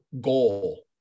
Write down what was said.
goal